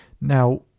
Now